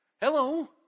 Hello